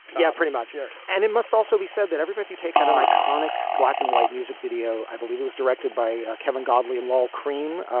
yeah, pretty much. yeah and it must also be said that every breath you take out an iconic black and white music video, i believe was directed by kevin godley and lall cream,